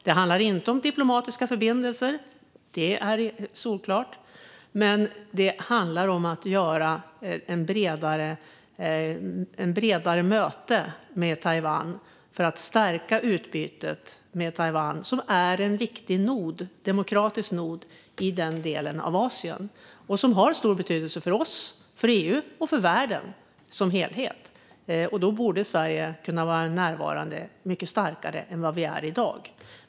Det handlar inte om diplomatiska förbindelser - det är solklart - men det handlar om att få till stånd ett bredare möte med Taiwan för att stärka utbytet med Taiwan, som är en viktig demokratisk nod i den delen av Asien och har stor betydelse för oss, för EU och för världen som helhet. Då borde Sverige kunna vara närvarande mycket starkare än i dag.